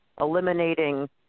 eliminating